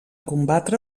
combatre